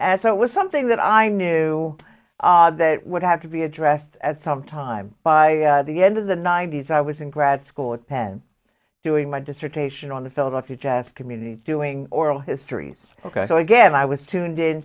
and so it was something that i knew that would have to be addressed as sometime by the end of the ninety's i was in grad school at penn doing my dissertation on the philadelphia chess community doing oral histories so again i was tuned in